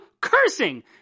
Cursing